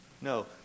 No